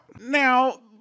Now